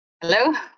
Hello